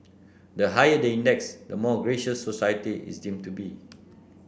the higher the index the more gracious society is deemed to be